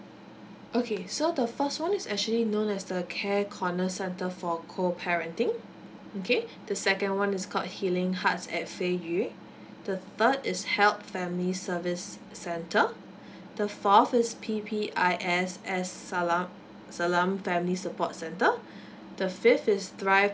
okay so the first one is actually known as the care corner centre for co parenting okay the second one is called healing hearts at fei yue the third is HELP family service centre the fourth is P_P_I_S as sala~ salaam family support centre the fifth is THRIVE